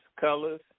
colors